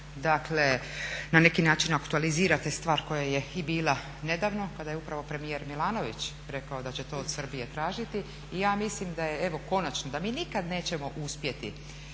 dakle na neki način aktualizirate stvar koja je i bila nedavno kada je upravo premijer Milanović rekao da će to od Srbije tražiti. I ja mislim da je evo konačno da mi nikad nećemo uspjeti